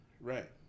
Right